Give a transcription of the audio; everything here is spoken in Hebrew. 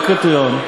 בקריטריון,